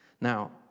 Now